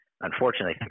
unfortunately